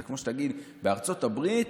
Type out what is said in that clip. זה כמו שתגיד: בארצות הברית,